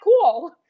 cool